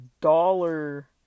dollar